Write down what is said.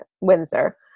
Windsor